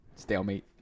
stalemate